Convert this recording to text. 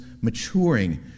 maturing